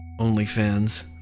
OnlyFans